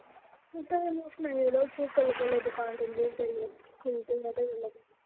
तुसें मिकी सनाई ओड़ेओ कुल्ला कुल्लै दुकान तुं'दी खुलदी ऐ ते उसलै